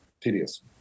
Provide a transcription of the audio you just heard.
tedious